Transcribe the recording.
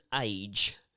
age